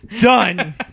Done